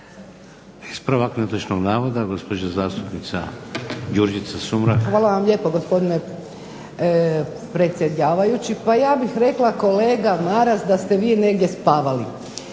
Hvala vam lijepo gospodine predsjedavajući. Ja bih rekla kolega Maras da ste vi negdje spavali,